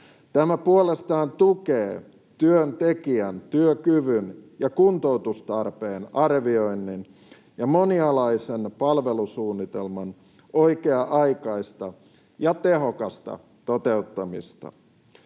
Tämä puolestaan tukee työntekijän työkyvyn ja kuntoutustarpeen arvioinnin ja monialaisen palvelusuunnitelman oikea-aikaista ja tehokasta toteuttamista.